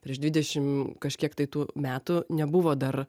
prieš dvidešimt kažkiek tai tų metų nebuvo dar